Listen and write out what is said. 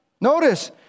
notice